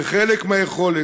שחלק מהיכולת,